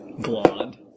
blonde